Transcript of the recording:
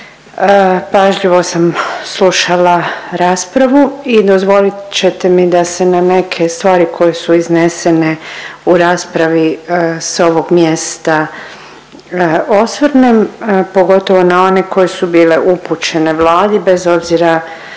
Pažljivo sam slušala raspravu i dozvolit ćete mi da se na neke stvari koje su iznesene u raspravi s ovog mjesta osvrnem, pogotovo na one koje su bile upućene Vladi, bez obzira